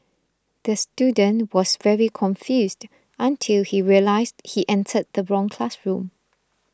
the student was very confused until he realised he entered the wrong classroom